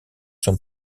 sont